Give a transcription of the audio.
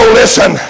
listen